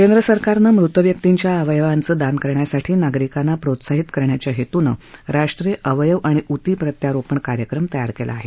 केंद्र सरकारनं मृत व्यक्तींच्या अवयवांचं दान करण्यासाठी नागरिकांना प्रोत्साहीत करण्याच्या हेतूनं राष्ट्रीय अवयव आणि ऊती प्रत्यारोपण कार्यक्रम तयार केला आहे